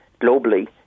globally